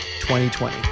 2020